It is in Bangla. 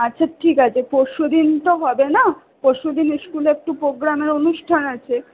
আচ্ছা ঠিক আছে পরশুদিন তো হবে না পরশুদিন স্কুলে একটু প্রোগ্রামের অনুষ্ঠান আছে তো আপনি